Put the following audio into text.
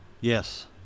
Yes